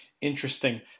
Interesting